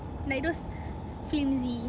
like those flimsy